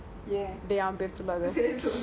ஏன் சொல்லல:yean solala